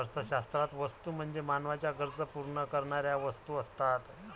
अर्थशास्त्रात वस्तू म्हणजे मानवाच्या गरजा पूर्ण करणाऱ्या वस्तू असतात